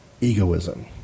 egoism